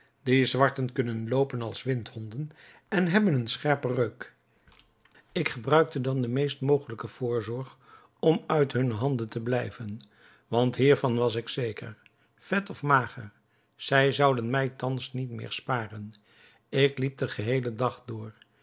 die zwarten kunnen loopen als windhonden en hebben een scherpen reuk ik gebruikte dan de meest mogelijke voorzorg om uit hunne handen te blijven want hiervan was ik zeker vet of mager zij zouden mij thans niet meer sparen ik liep den geheelen dag door